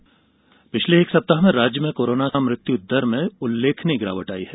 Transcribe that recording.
corona मृत्यु दर पिछले एक सप्ताह में राज्य में कोरोना मृत्यु दर में उल्लेखनीय गिरावट आई है